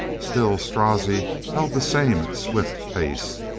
still strozzi held the same swift pace.